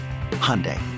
Hyundai